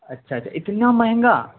اچھا اچھا اتنا مہنگا